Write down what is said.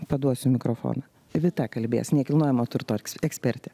paduosiu mikrofoną vita kalbės nekilnojamo turto ekspertė